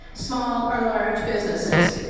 small or large businesses.